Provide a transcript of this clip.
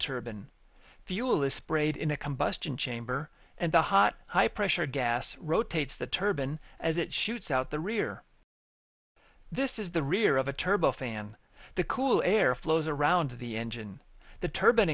turban fuel is sprayed in a combustion chamber and the hot high pressure gas rotates the turban as it shoots out the rear this is the rear of a turbo fan the cool air flows around the engine the turban